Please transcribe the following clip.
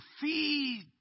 feed